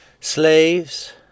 Slaves